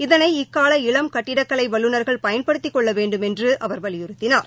இதனை இக்கால இளம் கட்டிடக் கலை வல்லுநர்கள் பயன்படுத்திக் கொள்ள வேண்டுமென்று அவர் வலியுறுத்தினார்